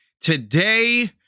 today